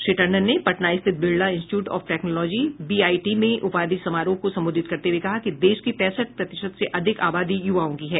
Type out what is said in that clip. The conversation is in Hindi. श्री टंडन ने पटना स्थित Birla institute of technology BIT में उपाधि समारोह को संबोधित करते हुए कहा कि देश की पैंसठ प्रतिशत से अधिक आबादी युवाओं की है